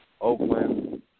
Oakland